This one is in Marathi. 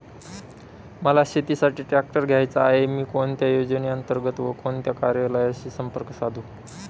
मला शेतीसाठी ट्रॅक्टर घ्यायचा आहे, मी कोणत्या योजने अंतर्गत व कोणत्या कार्यालयाशी संपर्क साधू?